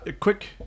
quick